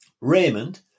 Raymond